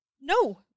no